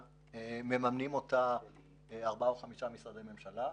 מממנים אותה ארבעה או חמישה משרדי ממשלה,